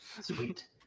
Sweet